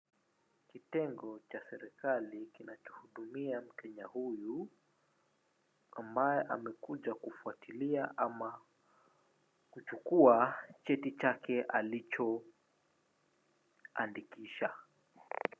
Kitengo cha serikali kinacho hudumia mkenya huyu ambaye amekuja kufwatilia ama kuchukua cheti chake alicho andikisha.